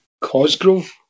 Cosgrove